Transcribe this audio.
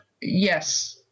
yes